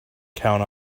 count